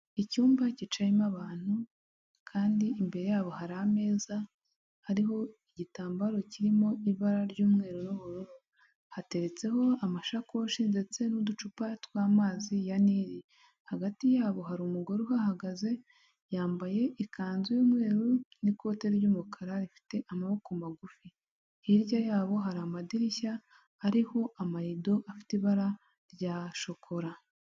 Icyumba cyicayemo abantu kandi imbere yabo hari ameza, hariho igitambaro kirimo ibara ry'umweru n'ubururu; hateretseho amashakoshi ndetse n'uducupa tw'amazi ya Nile. Hagati yabo hari umugore uhagaze, yambaye ikanzu y'umweru n'ikoti ry'umukara rifite amaboko magufi. Hirya ya bo hari amadirishya ariho amarido afite ibara rya shokora.